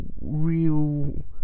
real